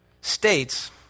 states